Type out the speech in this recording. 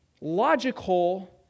logical